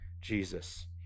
Jesus